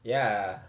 ya